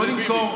לא נמכור,